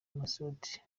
masudi